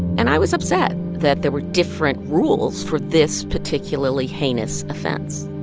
and i was upset that there were different rules for this particularly heinous offense